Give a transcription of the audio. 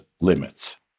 limits